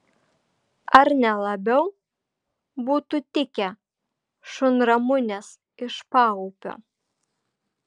ar ne labiau būtų tikę šunramunės iš paupio